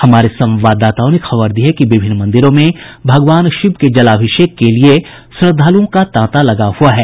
हमारे संवाददाताओं ने खबर दी है कि विभिन्न मंदिरों में भगवान शिव के जलाभिषेक के लिये श्रद्धालुओं का तांता लगा हुआ है